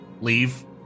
leave